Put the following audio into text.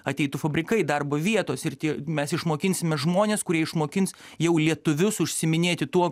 ateitų fabrikai darbo vietos ir tie mes išmokinsime žmones kurie išmokins jau lietuvius užsiiminėti tuo